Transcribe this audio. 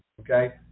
okay